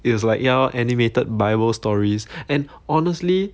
it was like ya animated bible stories and honestly